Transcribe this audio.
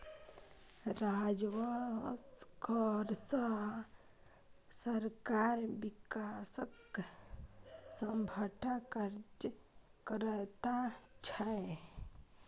राजस्व कर सँ सरकार बिकासक सभटा काज करैत छै